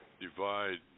divide